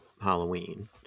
halloween